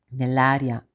nell'aria